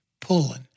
pulling